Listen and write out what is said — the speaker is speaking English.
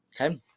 okay